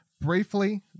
briefly